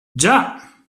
già